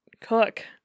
cook